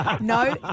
no